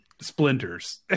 splinters